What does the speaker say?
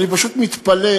אני פשוט מתפלא,